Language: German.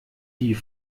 die